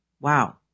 Wow